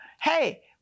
hey